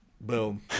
boom